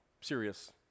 serious